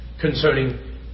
concerning